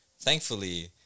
thankfully